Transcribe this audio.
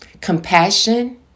compassion